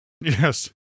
Yes